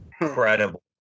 incredible